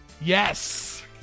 yes